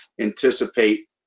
anticipate